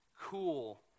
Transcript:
cool